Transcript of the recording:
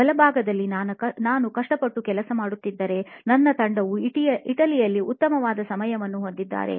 ಬಲಭಾಗದಲ್ಲಿ ನಾನು ಕಷ್ಟಪಟ್ಟು ಕೆಲಸ ಮಾಡುತ್ತಿದ್ದರೆ ನನ್ನ ತಂಡವು ಇಟಲಿಯಲ್ಲಿ ಉತ್ತಮವಾದ ಸಮಯವನ್ನು ಹೊಂದಿದ್ದಾರೆ